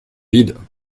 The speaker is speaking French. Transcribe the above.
vide